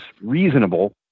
reasonable